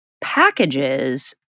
packages